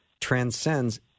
transcends